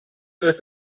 was